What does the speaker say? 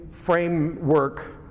framework